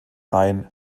reihen